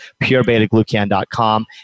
purebetaglucan.com